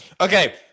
Okay